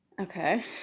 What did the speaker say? Okay